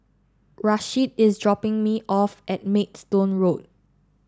Rasheed is dropping me off at Maidstone Road